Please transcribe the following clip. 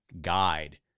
guide